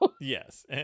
Yes